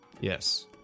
Yes